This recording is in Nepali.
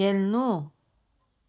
खेल्नु